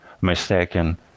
mistaken